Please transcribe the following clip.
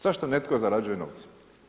Zašto netko zarađuje novce.